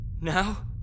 Now